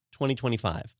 2025